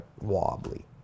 wobbly